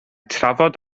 trafod